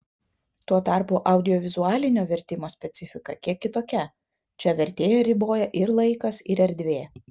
tuo tarpu audiovizualinio vertimo specifika kiek kitokia čia vertėją riboja ir laikas ir erdvė